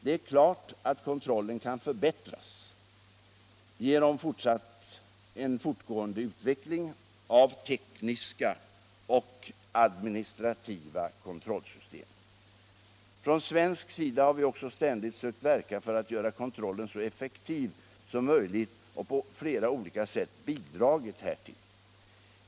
Det är självklart att kontrollen kan förbättras genom en fortgående utveckling av tekniska och administrativa kontrollsystem. Från svensk sida har vi också ständigt sökt verka för att göra kontrollen så effektiv som möjligt och på flera olika sätt bidragit härtill.